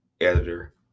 editor